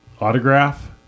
autograph